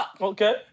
Okay